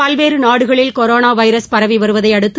பல்வேறு நாடுகளில் corona virus பரவி வருவதையடுத்து